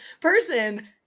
person